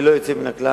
ללא יוצא מהכלל,